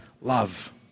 love